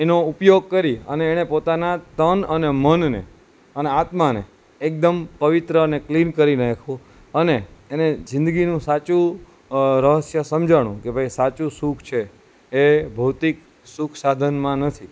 એનો ઉપયોગ કરી અને એણે પોતાના તન અને મનને અને આત્માને એકદમ પવિત્ર અને ક્લિન કરી નાખ્યું અને એને જિંદગીનું સાચું રહસ્ય સમજાણું કે ભાઈ સાચું સુખ છે એ ભૌતિક સુખ સાધનમાં નથી